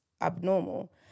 abnormal